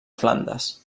flandes